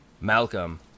Malcolm